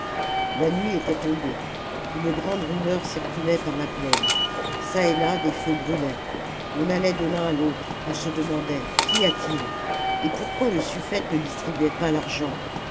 la nuit était tombée une grande rumeur circulait par la plaine çà et là des feux brûlaient on allait de l'un à l'autre on se demandait qu'y a-t-il et pourquoi le suffète ne distribuait pas l'argent